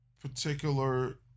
particular